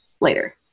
later